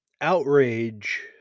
outrage